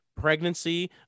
pregnancy